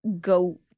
go